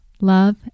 love